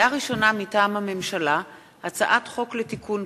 הראשונה לשבוע זה.